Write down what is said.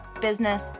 business